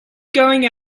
going